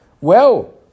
Well